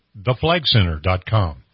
theflagcenter.com